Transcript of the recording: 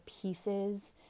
pieces